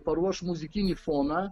paruoš muzikinį foną